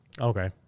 Okay